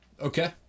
okay